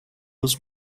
was